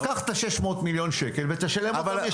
אז קח את 600 מיליוני השקלים ותשלם אותם ישירות.